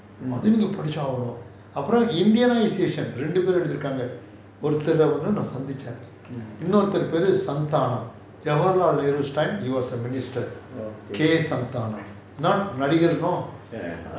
மாதங்கி படிச்சி ஆகணும் அப்புறம்:mathangi paadichi aaganum appuram indianisation ரெண்டு பேரு எழுதி இருகாங்க ஒருத்தர:rendu peru ezhuthi irukaanga oruthara meet பண்ணி இருக்கேன் இன்னோருத்த:panni irukaen inorutha K S santhanam jawaharlal nehru time he was a minister not நடிகர்:nadigar